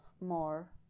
more